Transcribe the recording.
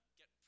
get